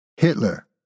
Hitler